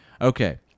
Okay